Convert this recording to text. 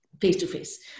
face-to-face